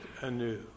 anew